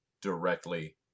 directly